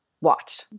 watch